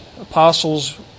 apostles